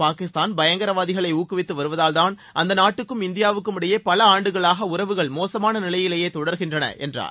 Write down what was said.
பாகிஸ்தான் பயங்கரவாதிகளை ஊக்குவித்து வருவதால்தான் அந்த நாட்டுக்கும் இந்தியாவுக்கும் இடையே பல ஆண்டுகளாக உறவுகள் மோசமான நிலையிலேயே தொடர்கின்றன என்றார்